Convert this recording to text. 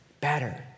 better